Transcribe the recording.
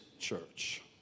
Church